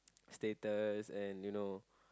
status and you know